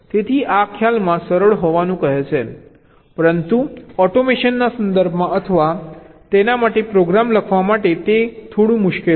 તેથી આ ખ્યાલમાં સરળ હોવાનું કહે છે પરંતુ ઓટોમેશન ના સંદર્ભમાં અથવા તેના માટે પ્રોગ્રામ લખવા માટે તે થોડું મુશ્કેલ છે